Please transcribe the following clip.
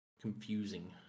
confusing